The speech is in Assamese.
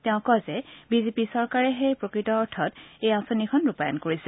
তেওঁ কয় যে বিজেপি চৰকাৰেহে প্ৰকৃত অৰ্থত এই আঁচনিখন ৰূপায়ণ কৰিছে